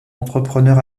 entrepreneur